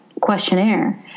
questionnaire